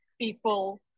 people